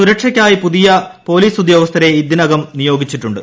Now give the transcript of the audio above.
സുരക്ഷയ്ക്കായി പുതിയ പോലീസ് ഉദ്യോഗസ്ഥരെ ഇതിനകം നിയോഗിച്ചിട്ടുണ്ട്